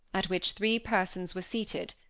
at which three persons were seated,